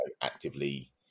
actively